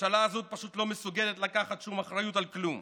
הממשלה הזאת פשוט לא מסוגלת לקחת שום אחריות על כלום.